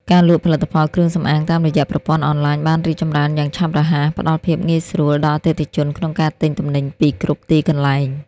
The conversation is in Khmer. ការលក់ផលិតផលគ្រឿងសម្អាងតាមរយៈប្រព័ន្ធអនឡាញបានរីកចម្រើនយ៉ាងឆាប់រហ័ស ផ្ដល់ភាពងាយស្រួលដល់អតិថិជនក្នុងការទិញទំនិញពីគ្រប់ទីកន្លែង។